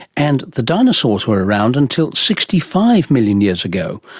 and the dinosaurs were around until sixty five million years ago,